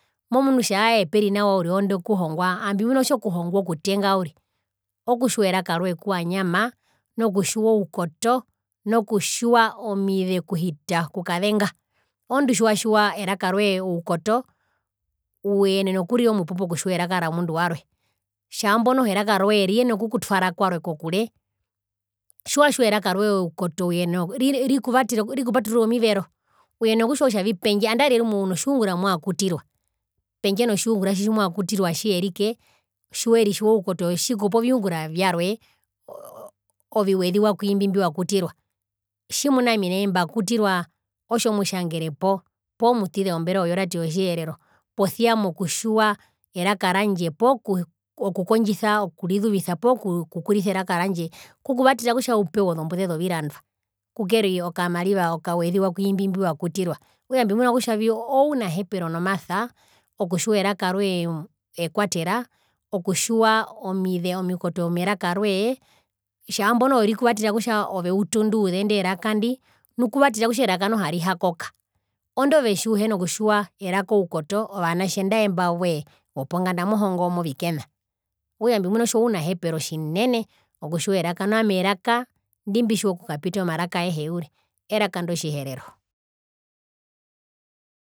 Momunu kutja ae peri nawa uriri ondu okuhongwa ami mbimuna kutjaokuhongwa okutenga uriri okutjiwa eraka rwee kuwanyama nu okutjiwa oukoto nokutjiwa omize okuhita okukazenga oondu tjiwatjiwa eraka roye oukoto uyenena okurira oupupu okutjiwa eraka romundu warwe tjambo noho eraka roye riyenena okukutwara kware kokure tjiwatjiwa eraka rwe oukoto uyenea oku riri ri rikuvatera rikupaturura omivero uyenene okutjiwa kutjavi pendje nandarire uno tjiungura muwakutirwa pendje notjiungura tji mumwakutirwa atjiyerike tjiweritjiwa oukoto tjikupa oviungura vyarwe oo oo oviweziwa kumbi mbiwa kutirwa tjimuna ami nai mbakutirwa otjo mutjangerepo poo mutize womberoo yoradio yotjiherero posia mokutjiwa eraka randje poo okukondjisa okurizuvisa poo ku okukurisa eraka randje kukuvatera kutja upewe ozombuze zovirandwa kukeri okamarivaokaweziwa ku imbi mbiwakutirwa okutja mbimuna kutjavii ounahepero nomasa okutjiwa eraka rwee ekwatera okutjiwa omize omikoto meraka rwee tjaambo noho ove rikuvatera kutja ove utunduuze inde raka ndinu kavatera kutja eraka noho arihakoka oondu ove tjiuhena kutjiwa eraka oukoto ovanatje nandae imbo wowee voponganda mohongo movikena okutjambimuna kutja ounahepero tjinene okutjiwa eraka nami eraka ndimbitjiwa okukapita omaraka aehe uriri eraka ndi otjiherero.